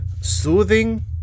soothing